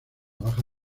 baja